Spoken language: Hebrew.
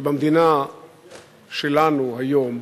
שבמדינה שלנו היום,